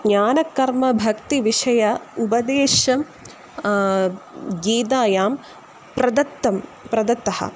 ज्ञानकर्मभक्तिविषयानाम् उपदेशः गीतायां प्रदत्तः प्रदत्तः